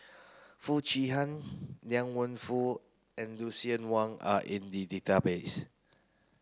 Foo Chee Han Liang Wenfu and Lucien Wang are in the database